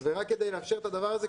רק כדי לאפשר את הדבר הזה,